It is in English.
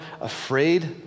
afraid